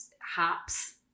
Hops